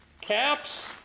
caps